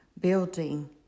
building